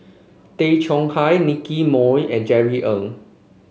Tay Chong Hai Nicky Moey and Jerry Ng